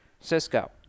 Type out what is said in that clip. Cisco